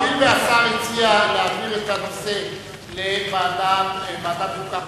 השר הציע להעביר את הנושא לוועדת החוקה,